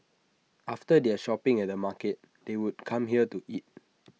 after their shopping at the market they would come here to eat